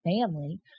family